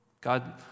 God